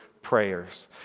Prayers